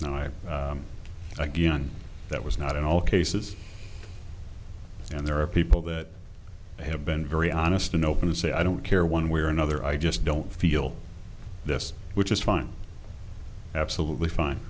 i again that was not in all cases and there are people that have been very honest and open and say i don't care one way or another i just don't feel this which is fine absolutely fine